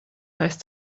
heißt